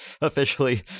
officially